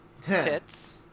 Tits